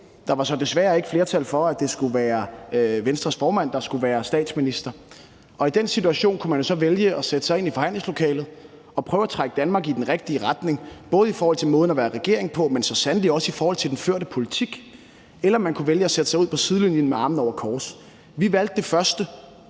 Der var så desværre ikke flertal for, at det skulle være Venstres formand, der skulle være statsminister, og i den situation kunne man jo så vælge at sætte sig ind i forhandlingslokalet og prøve at trække Danmark i den rigtige retning, både i forhold til måden at være regering på, men så sandelig også i forhold til den førte politik, eller man kunne vælge at sætte sig ud på sidelinjen med armene over kors. Vi valgte det første,